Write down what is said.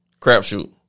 crapshoot